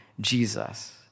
Jesus